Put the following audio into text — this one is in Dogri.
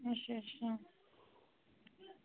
अच्छा अच्छा